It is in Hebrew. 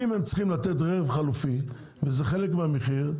אם הם צריכים לתת רכב חלופי וזה חלק מהמחיר,